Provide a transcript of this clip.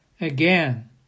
Again